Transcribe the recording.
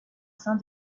sein